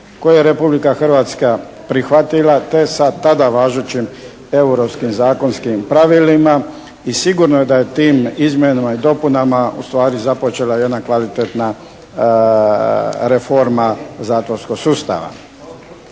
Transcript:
koje je Republika Hrvatska prihvatila sa tada važećim europskim zakonskim pravilima. I sigurno je da je tim izmjenama i dopunama ustvari započela jedna kvalitetna reforma zatvorskog sustava.